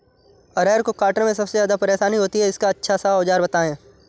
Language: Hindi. अरहर को काटने में सबसे ज्यादा परेशानी होती है इसका अच्छा सा औजार बताएं?